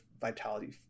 Vitality